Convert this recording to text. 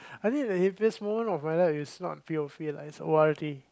I think the happiest moment of my life is not P_O_P lah it's O_R_D